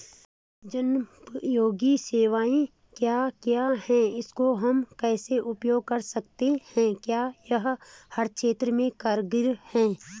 जनोपयोगी सेवाएं क्या क्या हैं इसको हम कैसे उपयोग कर सकते हैं क्या यह हर क्षेत्र में कारगर है?